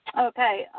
Okay